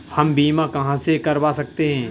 हम बीमा कहां से करवा सकते हैं?